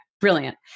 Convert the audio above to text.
brilliant